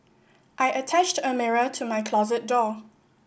I attached a mirror to my closet door